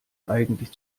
eigentlich